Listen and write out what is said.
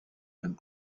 and